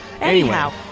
Anyhow